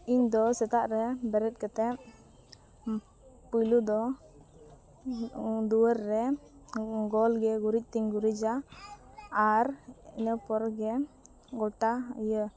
ᱤᱧᱫᱚ ᱥᱮᱛᱟᱜᱨᱮ ᱵᱮᱨᱮᱫ ᱠᱟᱛᱮᱫ ᱯᱳᱭᱞᱳ ᱫᱚ ᱫᱩᱣᱟᱹᱨ ᱨᱮ ᱜᱳᱞᱜᱮ ᱜᱩᱨᱤᱡᱛᱮᱧ ᱜᱩᱨᱤᱡᱟ ᱟᱨ ᱤᱱᱟᱹ ᱯᱚᱨᱜᱮ ᱜᱚᱴᱟ ᱤᱭᱟᱹ